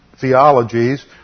theologies